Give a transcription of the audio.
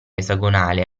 esagonale